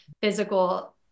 physical